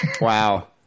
Wow